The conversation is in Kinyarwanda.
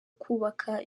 kubaka